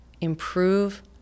improve